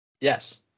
Yes